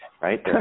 right